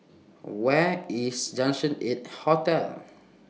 Where IS Junction eight Hotel